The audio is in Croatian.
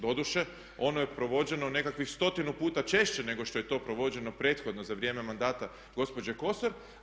Doduše, ono je provođeno nekakvih 100-tinu puta češće nego što je to provođeno prethodno za vrijeme mandata gospođe Kosor.